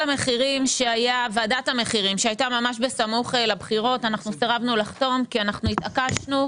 ועדת המחירים שהייתה סמוך לבחירות סירבנו לחתום כי התעקשנו,